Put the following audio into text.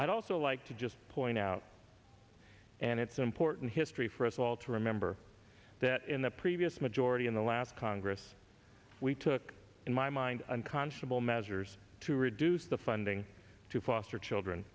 i'd also like to just point out and it's important history for us all to remember that in the previous majority in the last congress we took in my mind unconscionable measures to reduce the funding to foster children